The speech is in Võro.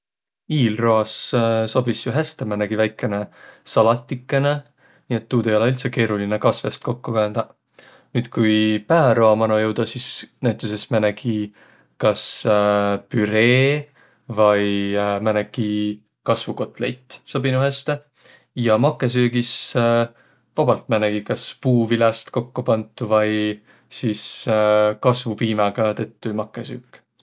Iilroas sobis jo häste määnegi väikene salatikõnõ. Nii et tuud ei olõq üldse keerolinõ kasvõst kokko käändäq. Nüüd, kui pääroa mano joudaq, sis näütüses määnegi kas püree vai määnegi kasvokotlett sobinuq häste. Ja makõsöögis vabalt määnegi kas puuviläst kokko pant vai sis kasvopiimäga tettü makõsüük.